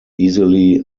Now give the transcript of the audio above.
easily